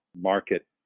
market